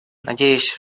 надеюсь